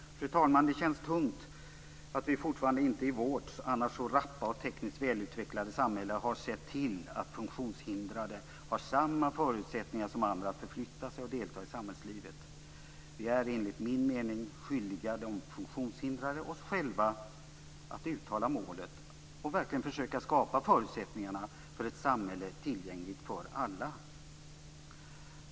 Fru talman! Det känns tungt att vi fortfarande inte i vårt annars så rappa och tekniskt välutvecklade samhälle har sett till att funktionshindrade har samma förutsättningar som andra att förflytta sig och delta i samhällslivet. Vi är enligt min mening skyldiga de funktionshindrade och oss själva att uttala målet att verkligen försöka skapa förutsättningarna för ett samhälle tillgängligt för alla.